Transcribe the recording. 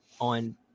on